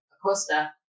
Acosta